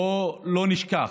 בוא לא נשכח,